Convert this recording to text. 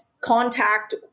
contact